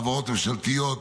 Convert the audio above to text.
חברות ממשלתיות,